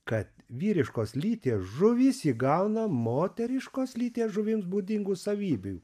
kad vyriškos lyties žuvys įgauna moteriškos lyties žuvims būdingų savybių